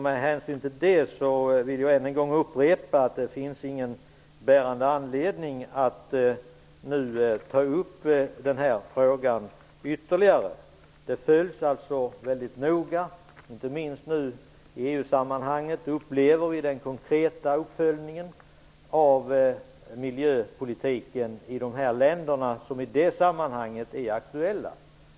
Med hänsyn till det vill jag än en gång upprepa att det inte finns någon bärande anledning till att nu ta upp den här frågan ytterligare. Frågan följs alltså mycket noga. Inte minst i EU-sammanhang upplever vi den konkreta uppföljningen av miljöpolitiken i de länder som är aktuella i det sammanhanget.